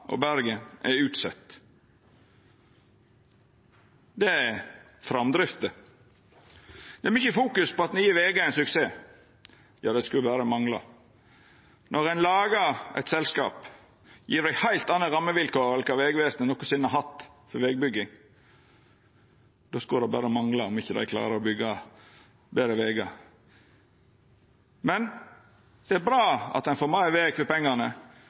og Bergen på Bergensbanen utsett. Det er framdrifta. Det er mykje fokus på at Nye Vegar er ein suksess. Ja, det skulle berre mangla. Når ein lagar eit selskap og gjev det heilt andre rammevilkår enn kva Vegvesenet nokosinne har hatt til vegbygging, skulle det berre mangla om dei ikkje klarer å byggja betre vegar. Det er bra at ein får meir veg for pengane,